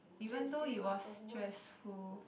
even though it was stressful